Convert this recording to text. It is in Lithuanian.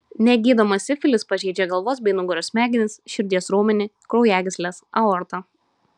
negydomas sifilis pažeidžia galvos bei nugaros smegenis širdies raumenį kraujagysles aortą